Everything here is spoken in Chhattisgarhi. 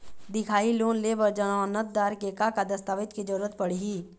दिखाही लोन ले बर जमानतदार के का का दस्तावेज के जरूरत पड़ही?